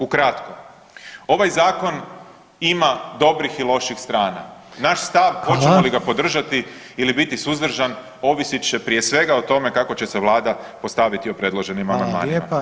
Ukratko, ovaj zakon ima dobrih i loših strana [[Upadica: Hvala.]] naš stav hoćemo li ga podržati ili biti suzdržan ovisit će prije svega o tome kako će se Vlada postaviti o predloženim amandmanima.